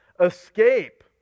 escape